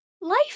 Life